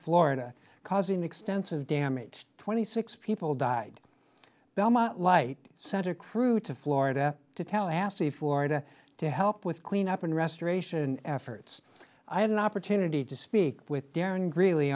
florida causing extensive damage twenty six people died belmont lite sent a crew to florida to tallahassee florida to help with cleanup and restoration efforts i had an opportunity to speak with aaron gre